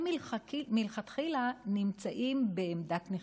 הם מלכתחילה נמצאים בעמדת נחיתות.